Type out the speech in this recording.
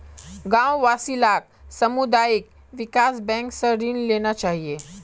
गांव वासि लाक सामुदायिक विकास बैंक स ऋण लेना चाहिए